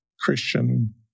christian